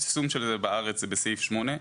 והיישום של זה בארץ הוא בסעיף 8,